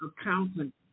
accountant